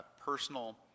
personal